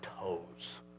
toes